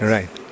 Right